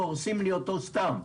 והורסים לי אותו סתם,